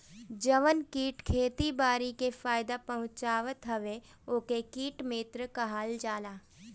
जवन कीट खेती बारी के फायदा पहुँचावत हवे ओके कीट मित्र कहल जाला